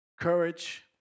courage